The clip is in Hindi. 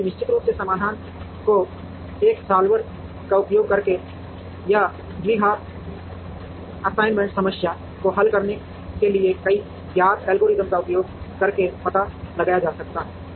इसलिए निश्चित रूप से समाधान को एक सॉल्वर का उपयोग करके या द्विघात असाइनमेंट समस्या को हल करने के लिए कई ज्ञात एल्गोरिदम का उपयोग करके पता लगाया जा सकता है